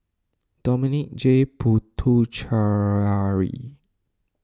Dominic J Puthucheary